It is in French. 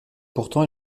pourtant